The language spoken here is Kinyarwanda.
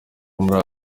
muri